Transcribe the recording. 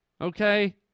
Okay